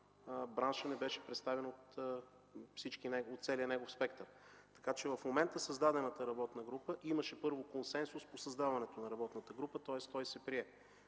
браншът не беше представен в целия негов спектър. В момента създадената работна група имаше консенсус по създаването на работната група, тоест той се прие.